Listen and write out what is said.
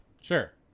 Sure